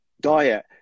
diet